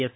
S